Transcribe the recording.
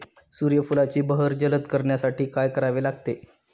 सूर्यफुलाची बहर जलद करण्यासाठी काय करावे लागेल?